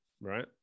right